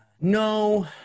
No